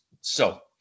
So-